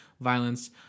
violence